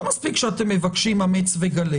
לא רק שאתם מבקשים אמץ וגלה